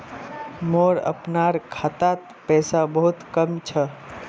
मोर अपनार खातात पैसा बहुत कम छ